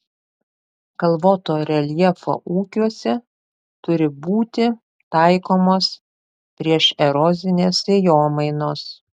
kalvoto reljefo ūkiuose turi būti taikomos priešerozinės sėjomainos